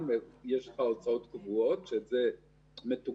יש רשתות שבהן הייתה לנו